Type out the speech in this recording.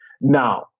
Now